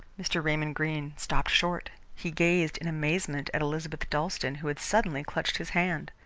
mr. raymond greene stopped short. he gazed in amazement at elizabeth dalstan, who had suddenly clutched his hand.